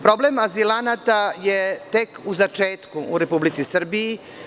Problem azilanata je tek u začetku u Republici Srbiji.